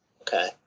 Okay